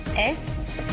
s